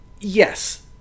yes